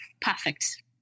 perfect